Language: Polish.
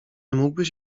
mógłbyś